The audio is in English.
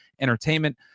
entertainment